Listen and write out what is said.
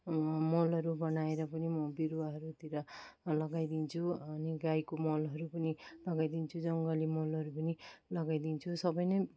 मलहरू बनाएर पनि म बिरुवाहरूतिर लगाइदिन्छु अनि गाईको मलहरू पनि लगाइदिन्छु जङ्गली मलहरू पनि लगाइदिन्छु सबै नै